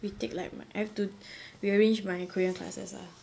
retake like I'd have to rearrange my korean classes uh